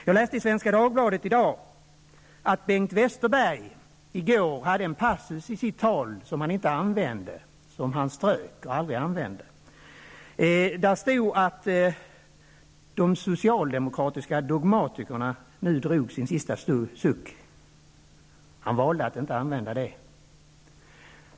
Jag läste i Svenska Dagbladet i dag att Bengt Westerbergs tal i går innehöll en passus som han strök och aldrig använde. Där stod det att de socialdemokratiska dogmatikerna nu drog sin sista suck. Han valde att inte använda den.